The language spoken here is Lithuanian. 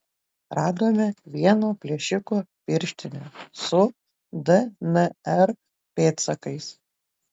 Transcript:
radome vieno plėšiko pirštines su dnr pėdsakais